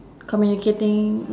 communicating